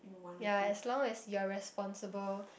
ya as long as you are responsible